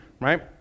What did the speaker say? right